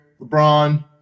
LeBron